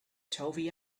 toffee